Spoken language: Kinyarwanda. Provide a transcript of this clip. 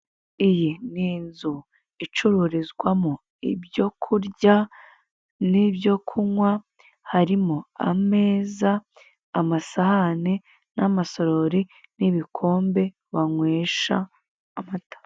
Iyi ni inzu icururizwamo ibyo kurya n'ibyo kunywa harimo ameza, amasahane n'amasorori n'ibikombe banywesha amata.